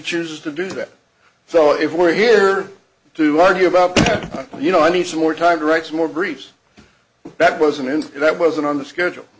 chooses to do that so if we're here to argue about you know i need some more time to write some more briefs that wasn't that wasn't on the schedule